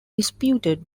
disputed